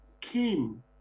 came